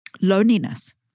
loneliness